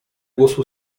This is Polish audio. głosu